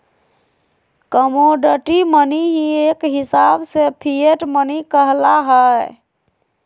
commodity money ही एक हिसाब से फिएट मनी कहला हय